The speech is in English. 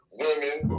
women